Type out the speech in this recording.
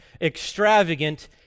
extravagant